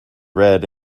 red